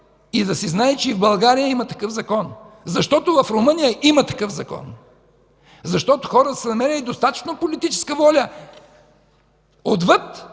и да се знае, че и в България има такъв закон. В Румъния има такъв закон, защото хората са намерили достатъчно политическа воля отвъд